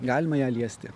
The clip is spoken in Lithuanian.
galima ją liesti